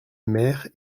maire